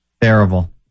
Terrible